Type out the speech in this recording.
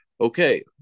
okay